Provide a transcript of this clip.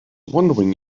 wondering